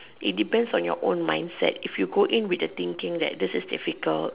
it depends on you own mindset if you go in with the thinking that this is difficult